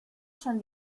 son